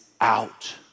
out